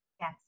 Yes